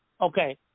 Okay